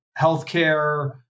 healthcare